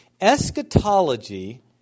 Eschatology